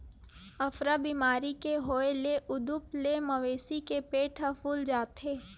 अफरा बेमारी के होए ले उदूप ले मवेशी के पेट ह फूल जाथे